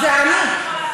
זה אני.